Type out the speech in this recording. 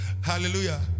Hallelujah